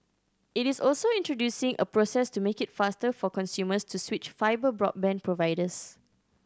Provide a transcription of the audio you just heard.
it is also introducing a process to make it faster for consumers to switch fibre broadband providers